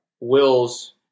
Will's